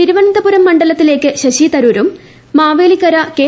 തിരുവനന്തപുരം മണ്ഡലത്തിലേക്ക് ശശിതരൂരും മാവേലിക്കര കെ